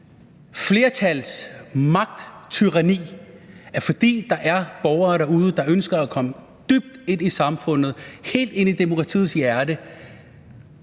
flertalsmagttyranni, altså at der er borgere derude, der ønsker at komme dybt ind i samfundet, helt ind i demokratiets hjerte,